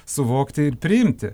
suvokti ir priimti